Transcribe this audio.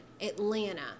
Atlanta